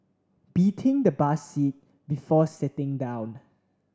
beating the bus seat before sitting down